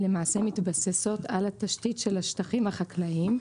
למעשה, מתבססות על התשתית של השטחים החקלאיים.